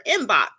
inbox